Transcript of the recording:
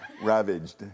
ravaged